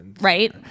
right